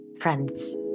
friends